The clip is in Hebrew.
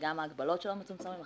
שגם ההגבלות שלו מצומצמות,